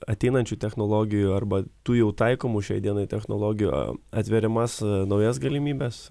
ateinančių technologijų arba tų jau taikomų šiai dienai technologijų atveriamas naujas galimybes